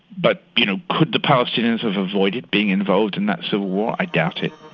but you know could the palestinians have avoided being involved in that civil war? i doubt it.